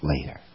later